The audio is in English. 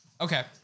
Okay